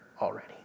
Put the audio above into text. already